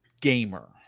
gamer